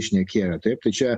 šnekėjo taip tai čia